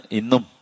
inum